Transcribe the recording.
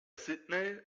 sydney